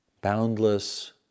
boundless